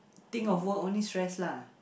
think of work only stress lah